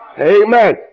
Amen